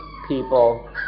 people